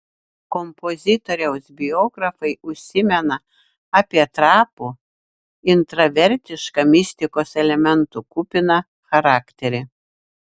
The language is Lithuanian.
kompozitoriaus biografai užsimena apie trapų intravertišką mistikos elementų kupiną charakterį